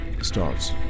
starts